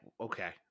okay